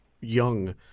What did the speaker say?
young